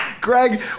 Greg